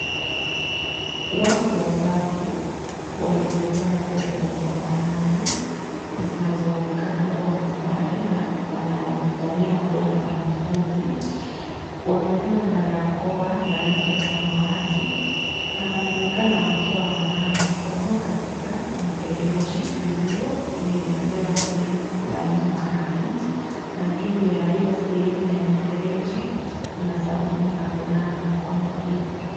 Watu watatu ,waliovaa nguo zinazofanana, zinazoonekana kuwa ni sare na wanaodhaniwa kuwa ni wanafunzi ,wamevaa barakoa za rangi ya samawati na wanaonekana wakiwa wananawa mikono katika mifereji iliyotengenezwa sehemu fulani maalum na juu ya hiyo sehemu ya mifereji, kuna sabuni za kunawa mikono pia.